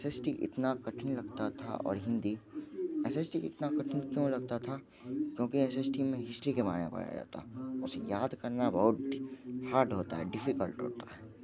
S S T इतना कठिन लगता था और हिंदी एस एस टी इतना कठिन क्यों लगता था क्योंकि एस एस टी में हिस्ट्री के बारे में पढ़ाया जाता उसे याद करना बहुत हार्ड होता है डिफिकल्ट होता है